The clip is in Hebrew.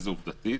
עובדתית.